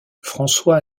françois